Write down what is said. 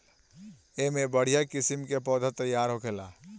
एमे बढ़िया किस्म के पौधा तईयार होखेला